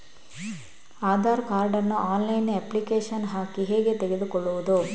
Aadhaar card ನ್ನು online application ಹಾಕಿ ಹೇಗೆ ತೆಗೆದುಕೊಳ್ಳುವುದು?